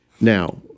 Now